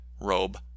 robe